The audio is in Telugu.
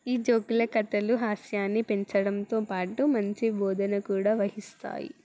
ఈ జోక్ల కథలు హాస్యాన్ని పెంచడంతో పాటు మంచి బోధన కూడా వహిస్తాయి